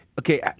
Okay